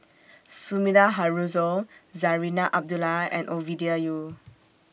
Sumida Haruzo Zarinah Abdullah and Ovidia Yu